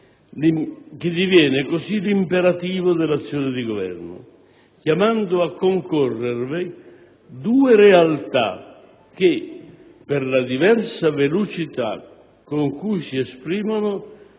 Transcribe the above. che diviene così l'imperativo dell'azione di Governo, chiamando a concorrervi due realtà che, per la diversa velocità con cui si esprimono,